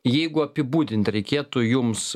jeigu apibūdint reikėtų jums